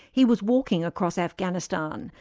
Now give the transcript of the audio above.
he was walking across afghanistan,